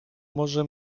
może